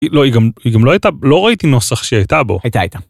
היא גם לא הייתה, לא ראיתי נוסח שהיא הייתה בו הייתה הייתה.